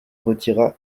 retira